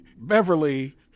Beverly